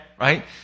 right